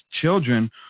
children